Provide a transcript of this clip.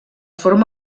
forma